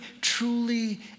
truly